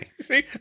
See